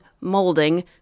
molding